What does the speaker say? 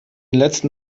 letzten